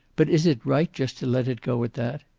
but is it right just to let it go at that?